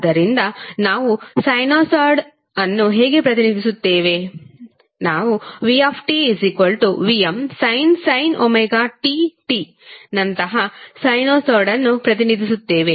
ಆದ್ದರಿಂದ ನಾವು ಸೈನುಸಾಯ್ಡ್ ಅನ್ನು ಹೇಗೆ ಪ್ರತಿನಿಧಿಸುತ್ತೇವೆ ನಾವು vtVmsin ωt t ನಂತಹ ಸೈನುಸಾಯ್ಡ್ ಅನ್ನು ಪ್ರತಿನಿಧಿಸುತ್ತೇವೆ